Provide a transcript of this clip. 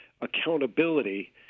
accountability